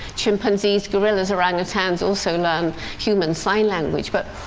chimpanzees, gorillas, orangutans also learn human sign language. but